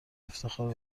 افتخار